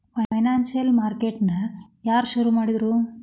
Financial market ನ ಯಾರ್ ಶುರುಮಾಡಿದ್ರು?